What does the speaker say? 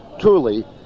truly